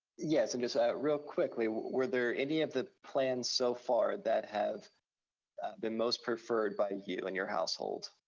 yes, and just real quickly, were there any of the plans so far that have been most preferred by you and your household?